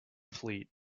fleet